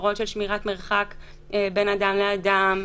הוראות של שמירת מרחק בין אדם לאדם,